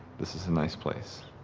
this is a nice place.